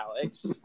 Alex